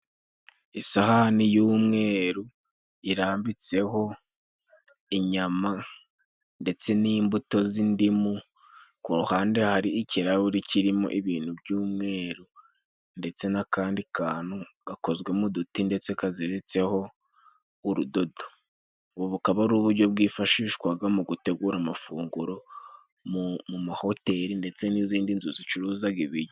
Isahani y'umweru irambitseho inyama ndetse n'imbuto z'indimu, ku ruhande hari ikirahuri kirimo ibintu by'umweru ndetse n'akandi kantu gakozwe mu uduti ndetse kaziritseho urudodo. Ubu bukaba ari uburyo bwifashishwaga mugutegura amafunguro mu mu mahoteli ndetse n'izindi nzu zicuruzaga ibijyo